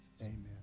amen